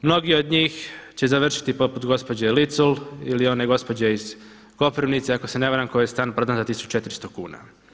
Mnogi od njih će završiti poput gospođe Licul ili one gospođe iz Koprivnice ako se ne varam kojoj je stan prodan za 1.400 kuna.